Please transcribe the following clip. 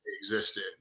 existed